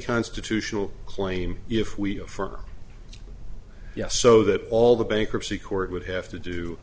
constitutional claim if we affirm yes so that all the bankruptcy court would have to do